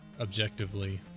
objectively